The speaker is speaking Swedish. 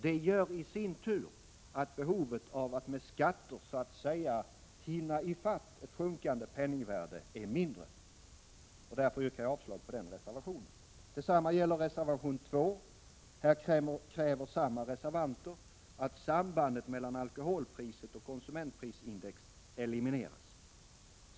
Det gör i sin tur att behovet av att med skatter så att säga hinna i fatt ett sjunkande penningvärde är mindre. Därför yrkar jag bifall till utskottets hemställan under mom. 2, vilket innebär avslag på reservationen. Detsamma gäller reservation nr 2. Här kräver samma reservanter att sambandet mellan alkoholpriset och konsumentprisindex elimineras.